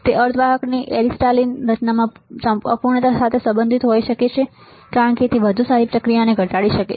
તે અર્ધવાહકની એરીસ્ટાલિન રચનામાં અપૂર્ણતા સાથે સંબંધિત હોઈ શકે છે કારણ કે વધુ સારી પ્રક્રિયા તેને ઘટાડી શકે છે